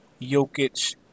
Jokic